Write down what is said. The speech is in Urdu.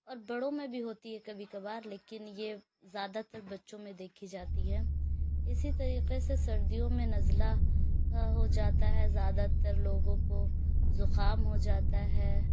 اور بڑوں میں بھی ہوتی ہے کبھی کبھار لیکن یہ زیادہ تر بچوں میں دیکھی جاتی ہے اسی طریقے سے سردیوں میں نزلہ ہو جاتا ہے زیادہ تر لوگوں كو زُخام ہو جاتا ہے